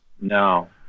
no